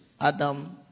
Adam